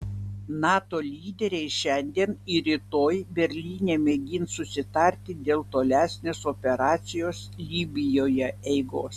nato lyderiai šiandien ir rytoj berlyne mėgins susitarti dėl tolesnės operacijos libijoje eigos